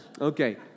Okay